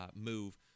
move